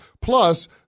Plus